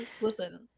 Listen